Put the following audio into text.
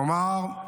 כלומר,